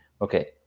Okay